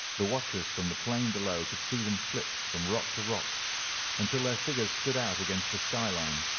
the watchers from the plain below could see them flit from rock to rock until their figures stood out against the skyline.